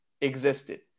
existed